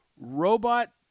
robot